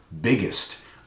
biggest